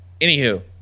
Anywho